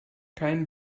kein